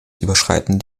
überschreiten